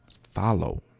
follow